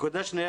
נקודה שנייה,